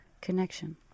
connection